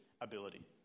ability